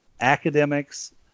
academics